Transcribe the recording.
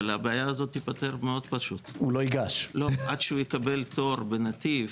הבעיה הזאת תיפתר מאוד פשוט עד שהוא יקבל פטור בנתיב